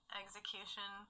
execution